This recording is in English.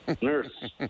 Nurse